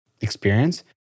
experience